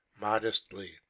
modestly